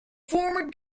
former